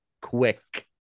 Quick